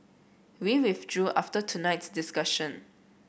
we withdrew after tonight's discussion